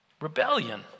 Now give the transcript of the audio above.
rebellion